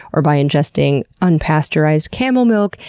or by ingesting unpasteurized camel milk,